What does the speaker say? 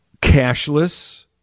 cashless